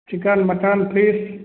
chicken mutton fish